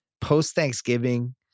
Post-Thanksgiving